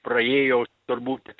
praėjo turbūt